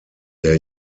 der